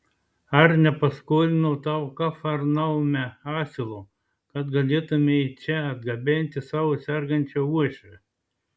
ar nepaskolinau tau kafarnaume asilo kad galėtumei čia atgabenti savo sergančią uošvę